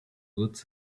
good